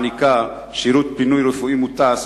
שמעניקה שירות פינוי רפואי מוטס,